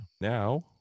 Now